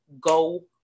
go